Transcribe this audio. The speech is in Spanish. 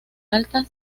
alta